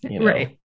right